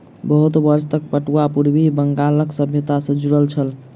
बहुत वर्ष तक पटुआ पूर्वी बंगालक सभ्यता सॅ जुड़ल छल